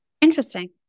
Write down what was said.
interesting